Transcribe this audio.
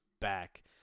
back